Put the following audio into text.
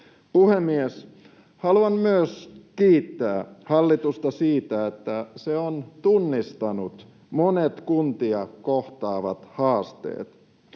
Puhemies! Haluan myös kiittää hallitusta siitä, että se on tunnistanut monet kuntia kohtaavat haasteet.